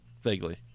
vaguely